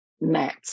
Met